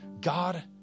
God